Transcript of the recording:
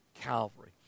Calvary